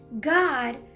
God